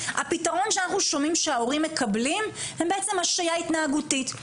הפתרון שאנחנו שומעים שההורים מקבלים הם בעצם השעיה התנהגותית,